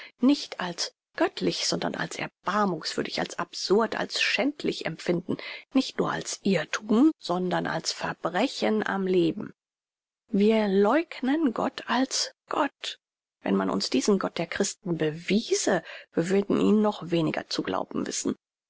nicht als göttlich sondern als erbarmungswürdig als absurd als schädlich empfinden nicht nur als irrthum sondern als verbrechen am leben wir leugnen gott als gott wenn man uns diesen gott der christen bewiese wir würden ihn noch weniger zu glauben wissen